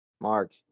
Mark